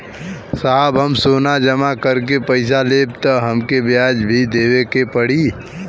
साहब हम सोना जमा करके पैसा लेब त हमके ब्याज भी देवे के पड़ी?